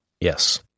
Yes